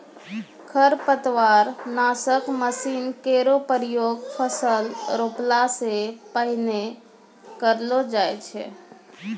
खरपतवार नासक मसीन केरो प्रयोग फसल रोपला सें पहिने करलो जाय छै